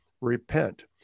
Repent